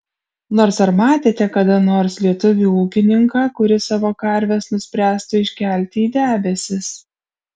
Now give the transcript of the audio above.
nors ar matėte kada nors lietuvį ūkininką kuris savo karves nuspręstų iškelti į debesis